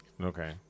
Okay